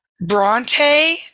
Bronte